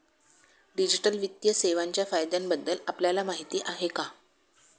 Digital वित्तीय सेवांच्या फायद्यांबद्दल आपल्याला माहिती आहे का?